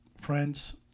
Friends